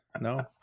no